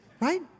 Right